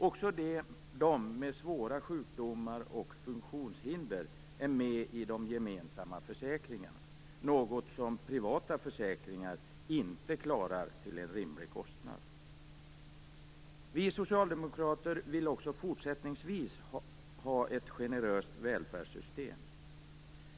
Också de med svåra sjukdomar och funktionshinder är med i de gemensamma försäkringarna, något som privata försäkringar inte klarar till en rimlig kostnad. Vi socialdemokrater vill också fortsättningsvis ha ett generöst välfärdssystem.